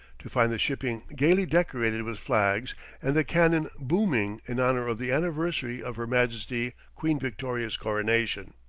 to find the shipping gayly decorated with flags and the cannon booming in honor of the anniversary of her majesty queen victoria's coronation.